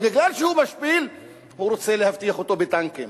ובגלל שהוא משפיל הוא רוצה להבטיח אותו בטנקים,